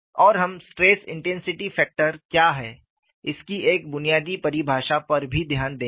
और हम stress intensity factor क्या है इसकी एक बुनियादी परिभाषा पर भी ध्यान देंगे